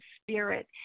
spirit